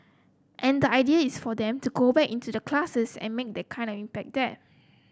and the idea is for them to go back into the classes and make that kind of impact there